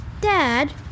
Dad